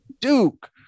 Duke